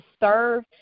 serve